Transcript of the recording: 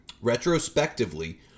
Retrospectively